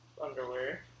underwear